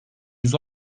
yüz